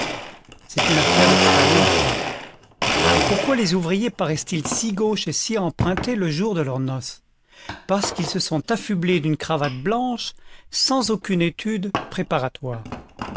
c'est une affaire d'expérience pourquoi les ouvriers paraissent ils si gauches et si empruntés le jour de leurs noces parce qu'ils se sont affublés d'une cravate blanche sans aucune étude préparatoire